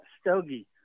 stogie